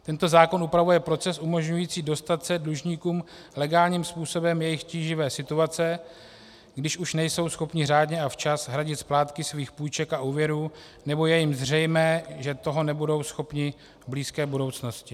Tento zákon upravuje proces umožňující dostat se dlužníkům legálním způsobem z jejich tíživé situace, když už nejsou schopni řádně a včas hradit splátky svých půjček a úvěrů nebo je jim zřejmé, že toho nebudou schopni v blízké budoucnosti.